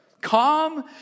Calm